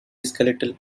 skeletal